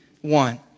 one